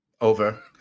Over